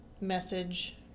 message